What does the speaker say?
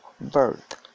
birth